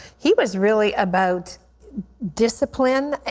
he was really about discipline,